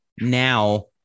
now